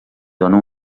dóna